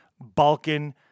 Balkan